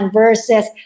versus